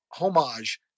homage